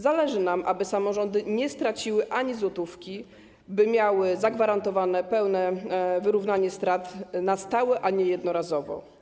Zależy nam, aby samorządy nie straciły ani złotówki, by miały zagwarantowane pełne wyrównanie strat na stałe, a nie jednorazowo.